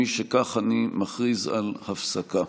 משכך, אני מכריז על הפסקה.